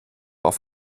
auf